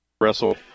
wrestle